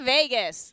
Vegas